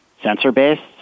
sensor-based